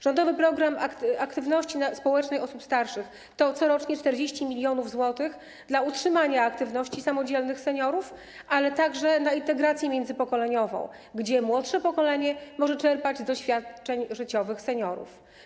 Rządowy program aktywności społecznej osób starszych to corocznie 40 mln zł na utrzymanie aktywności samodzielnych seniorów, ale także na integrację międzypokoleniową, gdzie młodsze pokolenie może czerpać z doświadczeń życiowych seniorów.